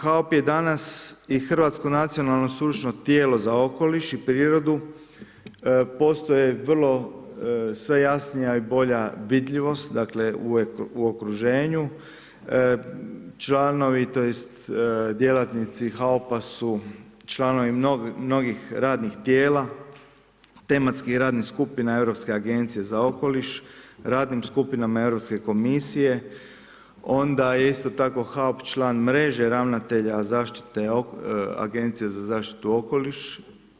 HAOP je danas i Hrvatsko nacionalno stručno tijelo za okoliš i prirodu, postoje vrlo sve jasnija i bolja vidljivost u okruženju, članovi, tj. djelatnici HAOP-a su članovi mnogih radnih tijela, tematskih radnih skupina, europske agencije za okoliš, radnim skupinama europske komisije, onda je isto tako HAOP član mreže, ravnatelja Agencije za zaštitu okoliša.